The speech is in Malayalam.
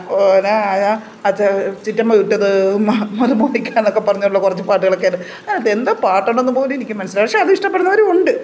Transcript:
അച്ഛാ ചിറ്റമ്മ ചുട്ടത് മരുമോനിക്ക എന്നൊക്കെ പറഞ്ഞുകൊണ്ടുള്ള കുറച്ച് പാട്ടുകളൊക്കെ അതെന്താ പാട്ടാണെന്നുപോലും എനിക്ക് മനസ്സിലാവുന്നില്ല പക്ഷേ അത് ഇഷ്ടപ്പെടുന്നവരും ഉണ്ട്